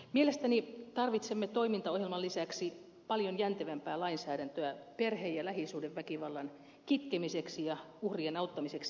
mielestäni tarvitsemme toimintaohjelman lisäksi paljon jäntevämpää lainsäädäntöä perhe ja lähisuhdeväkivallan kitkemiseksi ja uhrien auttamiseksi